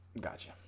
gotcha